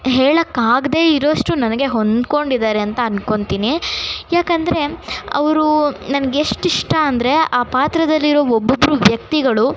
ಹೇಳೋಕ್ಕಾಗ್ದೇ ಇರುವಷ್ಟು ನನಗೆ ಹೊಂದ್ಕೊಂಡಿದ್ದಾರೆ ಅಂತ ಅದ್ಕೊಳ್ತೀನಿ ಏಕೆಂದ್ರೆ ಅವರು ನನಗೆಷ್ಟಿಷ್ಟ ಅಂದರೆ ಆ ಪಾತ್ರದಲ್ಲಿರೋ ಒಬ್ಬೊಬ್ಬರು ವ್ಯಕ್ತಿಗಳು